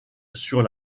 sur